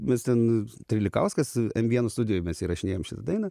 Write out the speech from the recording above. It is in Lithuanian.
mes ten trilikauskas m vieno studijoj mes įrašinėjom šitą dainą